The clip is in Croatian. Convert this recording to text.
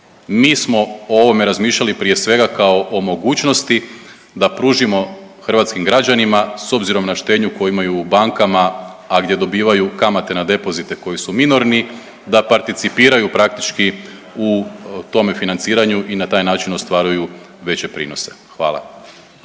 Mi smo o ovome razmišljali prije svega kao o mogućnosti da pružimo hrvatskim građanima s obzirom na štednju koju imaju u bankama, a gdje dobivaju kakate na depozite koji su minorni, da participiraju praktički u tome financiranju i na taj način ostvaruju veće prinose. Hvala.